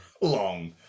Long